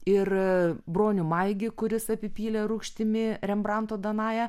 ir bronių maigį kuris apipylė rūgštimi rembranto danają